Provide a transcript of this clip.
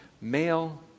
male